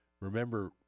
Remember